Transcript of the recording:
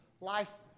life